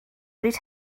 pryd